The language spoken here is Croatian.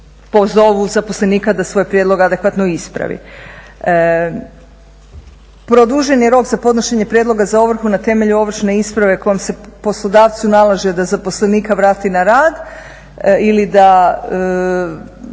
pozovu zaposlenika da svoj prijedlog adekvatno ispravi. Produžen je rok za podnošenje prijedloga za ovrhu na temelju ovršne isprave kojom se poslodavcu nalaže da zaposlenika vrati na rad ili da